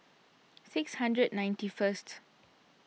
six hundred ninety first